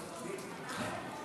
נתקבלו.